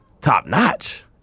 top-notch